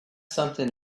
something